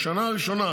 בשנה הראשונה,